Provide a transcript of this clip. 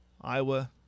Iowa